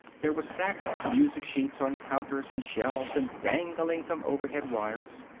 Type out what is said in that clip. there were stacks of music sheets on counters and shelves and dangling from overhead wires.